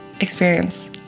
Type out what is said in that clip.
experience